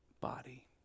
body